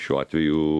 šiuo atveju